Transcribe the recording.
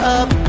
up